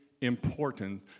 important